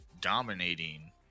dominating